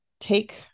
take